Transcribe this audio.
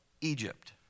Egypt